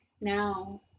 now